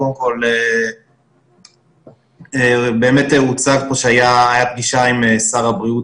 קודם כל באמת הוצג פה שהייתה פגישה עם שר הבריאות